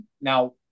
Now